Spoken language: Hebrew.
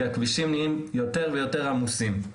כי הכבישים נהיים יותר ויותר עמוסים.